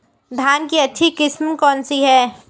धान की अच्छी किस्म कौन सी है?